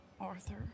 Arthur